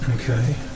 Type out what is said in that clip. Okay